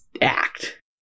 Act